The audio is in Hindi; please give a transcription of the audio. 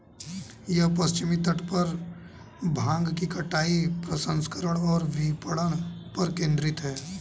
यह पश्चिमी तट पर भांग की कटाई, प्रसंस्करण और विपणन पर केंद्रित है